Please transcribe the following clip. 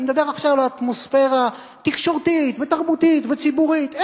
אני מדבר עכשיו על אטמוספירה תקשורתית ותרבותית וציבורית.